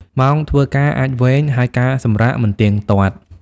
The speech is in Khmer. ម៉ោងការងារអាចវែង ហើយការសម្រាកមិនទៀងទាត់។